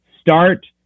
start